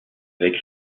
avec